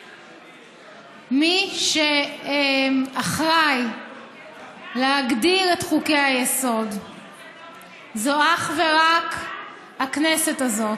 מי שאחראי להגדיר את חוקי היסוד זו אך ורק הכנסת הזאת.